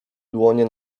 dłonie